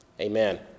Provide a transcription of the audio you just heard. Amen